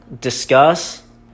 discuss